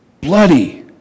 bloody